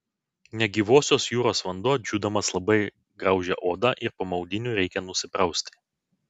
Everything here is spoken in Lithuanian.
negyvosios jūros vanduo džiūdamas labai graužia odą ir po maudynių reikia nusiprausti